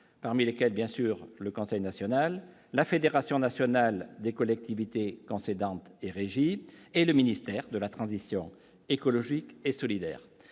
parmi lesquels, bien sûr, le Conseil national, la Fédération nationale des collectivités concédantes et régies et le ministère de la transition écologique et solidaire